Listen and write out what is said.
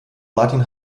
martin